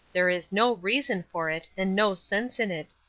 there is no reason for it and no sense in it.